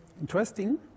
interesting